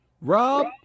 Rob